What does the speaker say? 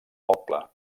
poble